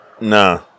Nah